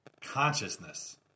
Consciousness